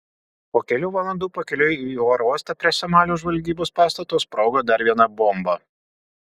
po kelių valandų pakeliui į oro uostą prie somalio žvalgybos pastato sprogo dar viena bomba